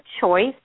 choice